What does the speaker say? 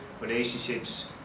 relationships